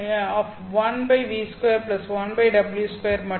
1ν21w2 மட்டுமே